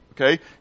okay